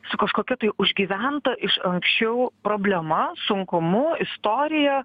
su kažkokia tai užgyventa iš anksčiau problema sunkumų istorija